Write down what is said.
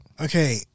Okay